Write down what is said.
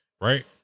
Right